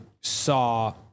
saw